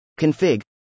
config